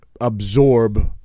absorb